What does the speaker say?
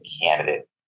candidate